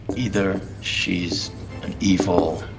either, she's an evil,